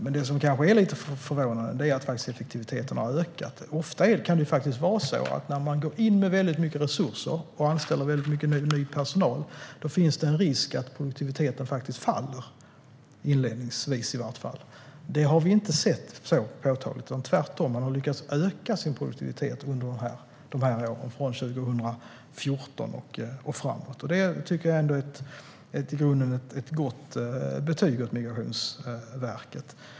Men det som kanske är lite förvånande är att effektiviteten har ökat. När man går in med väldigt mycket resurser och anställer väldigt mycket ny personal finns det en risk att produktiviteten faktiskt faller, i varje fall inledningsvis. Det har vi inte sett. Tvärtom har man har lyckats öka sin produktivitet under de här åren, från 2014 och framåt. Det tycker jag är ett i grunden gott betyg för Migrationsverket.